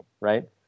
right